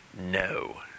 No